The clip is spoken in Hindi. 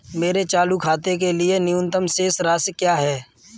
मेरे चालू खाते के लिए न्यूनतम शेष राशि क्या है?